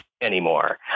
anymore